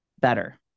better